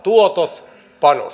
tuotos ja panos